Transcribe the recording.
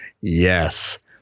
Yes